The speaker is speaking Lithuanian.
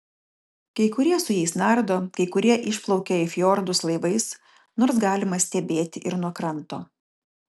kai kurie su jais nardo kai kurie išplaukia į fjordus laivais nors galima stebėti ir nuo kranto